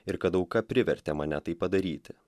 ir kad auka privertė mane tai padaryti